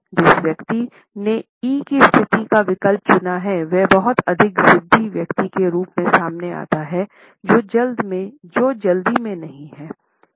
जिस व्यक्ति ने इ की स्थिति के लिए विकल्प चुना है वह बहुत अधिक जिद्दी व्यक्ति के रूप में सामने आता है जो जल्दी में नहीं है